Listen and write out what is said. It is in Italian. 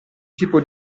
tipo